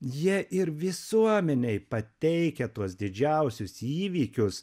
jie ir visuomenei pateikia tuos didžiausius įvykius